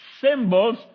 symbols